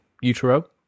utero